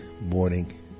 morning